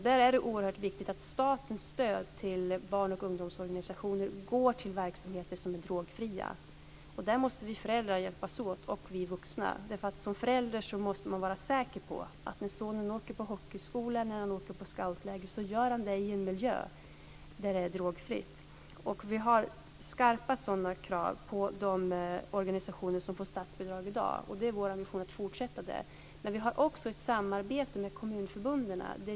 Det är oerhört viktigt att statens stöd till barn och ungdomsorganisationer går till verksamheter som är drogfria. Där måste vi föräldrar och vuxna hjälpas åt. Som förälder måste man vara säker på att när sonen åker på hockeyskola eller på scoutläger gör han det i en miljö där det är drogfritt. Vi har skarpa sådana krav på de organisationer som får statsbidrag i dag. Det är vår ambition att fortsätta med det. Men vi har också ett samarbete med kommunförbunden.